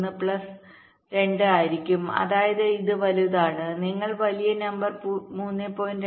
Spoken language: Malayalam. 1 പ്ലസ് 2 ആയിരിക്കും അതായത് ഇത് വലുതാണ് നിങ്ങൾ വലിയ നമ്പർ 3